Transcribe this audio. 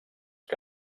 que